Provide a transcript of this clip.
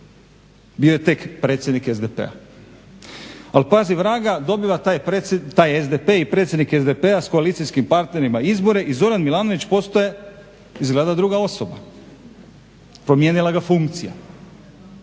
bio je tek predsjednik SDP-a. Ali pazi vrata, dobiva taj SDP i predsjednik SDP-a sa koalicijskim partnerima izbore i Zoran Milanović postaje izgleda druga osoba, promijenila ga funkcija.